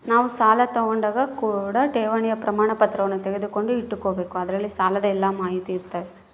ನಾವು ಸಾಲ ತಾಂಡಾಗ ಕೂಡ ಠೇವಣಿಯ ಪ್ರಮಾಣಪತ್ರವನ್ನ ತೆಗೆದುಕೊಂಡು ಇಟ್ಟುಕೊಬೆಕು ಅದರಲ್ಲಿ ಸಾಲದ ಎಲ್ಲ ಮಾಹಿತಿಯಿರ್ತವ